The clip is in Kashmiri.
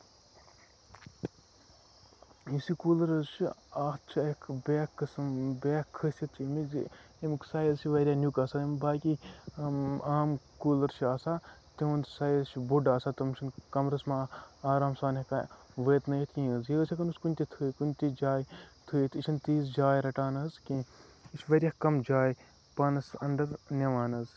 یُس یہِ کوٗلر حظ چھُ اَتھ چھُ اکھ بیاکھ قٕسٕم بیاکھ خٲصیت چھِ اَمِچ زِ اَمیُک سایز چھُ واریاہ نیُک آسان یِم باقٕے عا عام کوٗلر چھِ آسان تِہُند سایز چھُ بوٚڑ آسان تم چھِنہٕ کَمرَس منٛز آرام سان ہٮ۪کان واتنٲیِتھ کِہیٖنۍ حظ یہِ حظ ہٮ۪کون أسۍ کُنہِ تہِ تھٲے کُنہِ تہِ جایہِ تھٲیِتھ یہِ چھنہٕ تیٖژ جاے رَٹان حظ کیٚنہہ یہِ چھُ واریاہ کَم جاے پانَس اَنڈر نِوان حظ